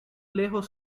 lejos